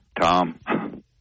Tom